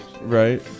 Right